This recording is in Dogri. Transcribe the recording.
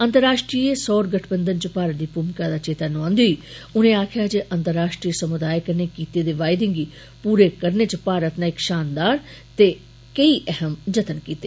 अंतर्राश्ट्रीय सौर गठबंधन च भारत दी भूमिका दा चेत्ता नोआन्दे होई उनें आक्खेआ जे अंतर्राश्ट्रीय समुदाय कन्नै कीते दे वायदे पूरे करने च भारत ने षानदार ते अहम यतन कीते